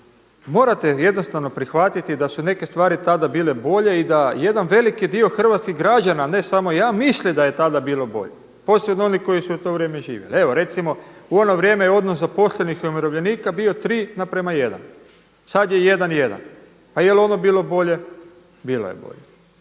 morate jednostavno prihvatiti da su neke stvari tada bile bolje i da jedan veliki dio hrvatskih građana, ne samo ja, misle da je tada bilo bolje, posebno onih koji su u to vrijeme živjeli. Evo recimo u ono vrijeme je odnos zaposlenih i umirovljenika bio 3:1. Sada je 1:1. Pa jel' ono bilo bolje? Bilo je bolje.